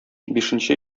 бишенче